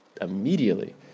immediately